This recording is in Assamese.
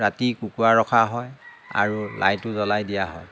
ৰাতি কুকুৰা ৰখা হয় আৰু লাইটো জ্বলাই দিয়া হয়